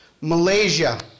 Malaysia